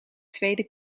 tweede